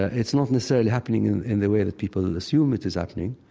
it's not necessarily happening in in the way that people assume it is happening.